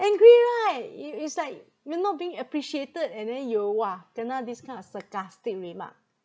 angry right i~ it's like you're not being appreciated and then you !wah! kena this kind of sarcastic remark